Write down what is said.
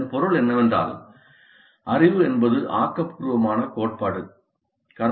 இதன் பொருள் என்னவென்றால் "அறிவு என்பது ஆக்கபூர்வமான கோட்பாடு"